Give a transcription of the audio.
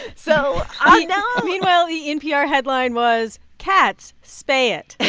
so. i know meanwhile, the npr headline was, cats spay it